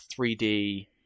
3D